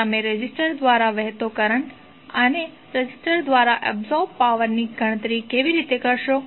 તો તમે રેઝિસ્ટર દ્વારા વહેતો કરંટ અને રેઝિસ્ટર દ્વારા એબ્સોર્બ પાવર ની ગણતરી કેવી રીતે શકશો